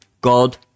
God